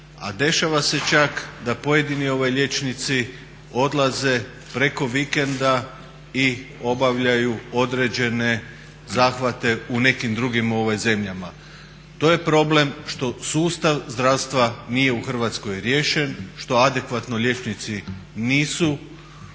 A dešava se čak da pojedini liječnici odlaze preko vikenda i obavljaju određene zahvate u nekim drugim zemljama. To je problem što sustav zdravstva nije u Hrvatskoj riješen, što adekvatno liječnici nisu